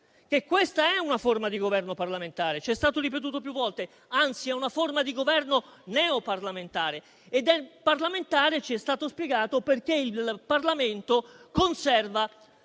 questa è una forma di governo parlamentare, come ci è stato ripetuto più volte, e che anzi è una forma di governo neoparlamentare, ci è stato spiegato, perché il Parlamento conserva